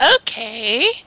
Okay